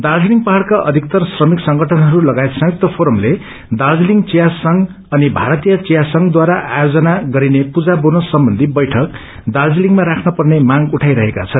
दार्जीलिङ पाह्यड़का अविकतर श्रमिक संगठनहरू लागायत संयुक्त फोरमलेदार्जीलिङ थिया संघ अनि भारतीय थिया संघद्वारा आयोजन गरिने पूजा बोनस सम्बन्धी वैठक दार्जीलिङमा राख्न पर्ने मांग उठाई रहेका छन्